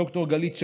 ד"ר גלית שאול,